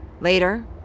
Later